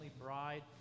bride